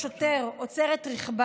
כשהשוטר משה חן עוצר את רכבה,